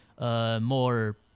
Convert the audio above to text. more